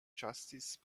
justice